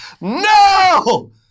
no